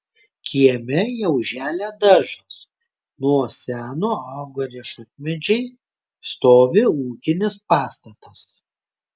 kieme jau želia daržas nuo seno auga riešutmedžiai stovi ūkinis pastatas